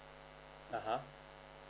(uh huh)